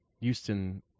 Houston